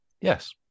Yes